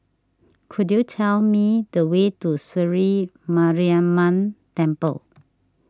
could you tell me the way to Sri Mariamman Temple